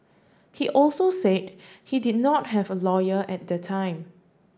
he also said he did not have a lawyer at the time